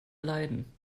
leiden